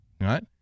right